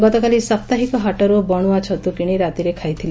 ଗତକାଲି ସାପ୍ତାହିକ ହାଟରୁ ବଣୁଆ ଛତୁ କିଶି ରାତିରେ ଖାଇଥିଲେ